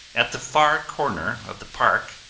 at the far corner of the park,